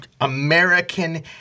American